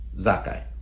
Zakai